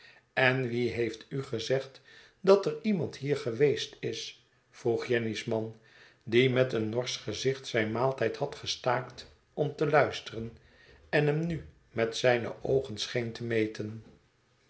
en wie heeft u gezegd dat er iemand hier geweest is vroeg jenny's man die met een norsch gezicht zijn maaltijd had gestaakt om te luisteren en hem nu met zijne oogen scheen te meten